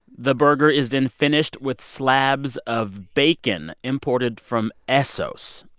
the burger is then finished with slabs of bacon imported from essos,